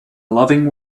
loving